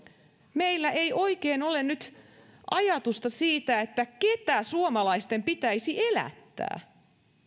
meillä ei oikein ole nyt ajatusta siitä keitä suomalaisten pitäisi elättää